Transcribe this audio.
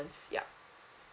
yup